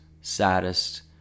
saddest